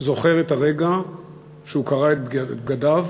זוכר את הרגע שבו הוא קרע את בגדיו,